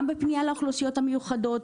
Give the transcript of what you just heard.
גם בפנייה לאוכלוסיות המיוחדות,